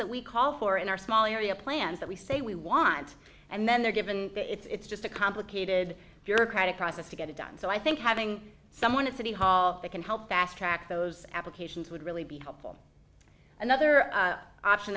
that we call for in our small area plans that we say we want and then they're given it's just a complicated bureaucratic process to get it done so i think having someone at city hall that can help fast track those applications would really be helpful another option